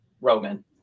Roman